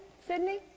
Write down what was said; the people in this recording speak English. Sydney